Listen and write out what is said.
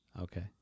okay